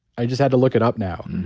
i just had to look it up now.